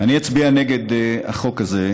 אני אצביע נגד החוק הזה,